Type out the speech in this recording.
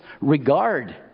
regard